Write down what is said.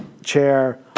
Chair